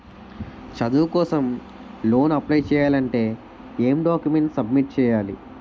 చదువు కోసం loan apply చేయాలి అంటే ఎం డాక్యుమెంట్స్ సబ్మిట్ చేయాలి?